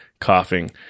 coughing